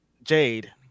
jade